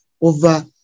over